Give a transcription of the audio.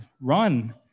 run